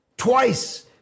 twice